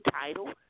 title